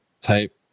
type